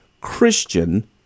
Christian